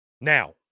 Now